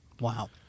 Wow